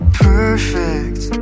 perfect